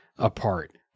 apart